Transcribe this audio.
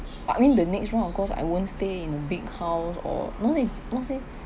I mean the next one of course I won't stay in a big house or not say not say